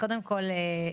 קודם כול,